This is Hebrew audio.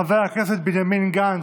חבר הכנסת בנימין גנץ,